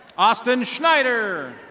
austin snyder.